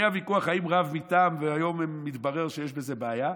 היה ויכוח אם רב מטעם, והיום מתברר שיש בזה בעיה,